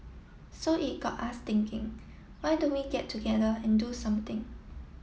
so it got us thinking why don't we get together and do something